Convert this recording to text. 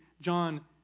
John